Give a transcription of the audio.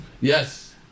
Yes